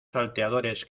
salteadores